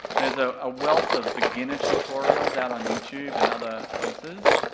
there's a ah wealth of beginner tutorials out on youtube and other places,